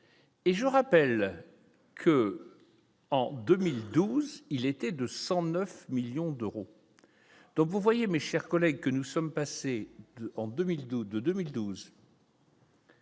et je rappelle que, en 2012, il était de 109 millions d'euros, donc vous voyez mes chers collègues, que nous sommes passés en 2012,